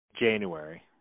January